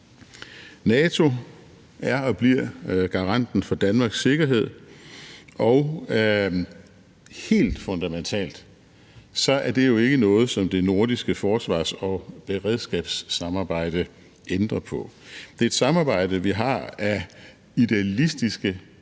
NATO er og bliver garanten for Danmarks sikkerhed, og helt fundamentalt er det jo ikke noget, som det nordiske forsvars- og beredskabssamarbejde ændrer på. Det er et samarbejde, vi har af idealistiske